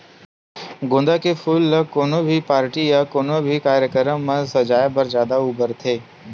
गोंदा के फूल ल कोनो भी पारटी या कोनो भी कार्यकरम म सजाय बर जादा बउरथे